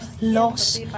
loss